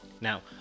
Now